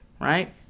right